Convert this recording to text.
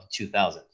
2000